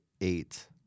eight